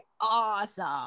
awesome